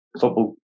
football